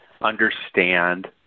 understand